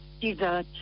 dessert